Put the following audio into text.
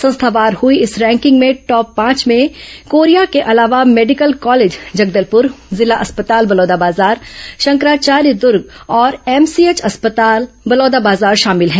संस्थावार हुई इस रैंकिंग में टॉप पांच में कोरिया के अलावा मेडिकल कॉलेज जगदलपुर जिला अस्पताल बलौदाबाजार शंकराचार्य दुर्ग और एमसीएच अस्पताल बलौदाबाजार शामिल हैं